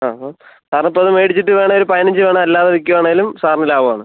ആ ആ കാരണം ഇപ്പോൾ അത് മേടിച്ചിട്ട് വേണമെങ്കിൽ പതിനഞ്ചിന് വേണമെങ്കിൽ അല്ലാതെ വിൽക്കുകയാണെങ്കിലും സാറിന് ലാഭം ആണ്